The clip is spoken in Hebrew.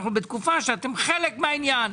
אנחנו בתקופה שאתם חלק מהעניין.